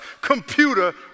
computer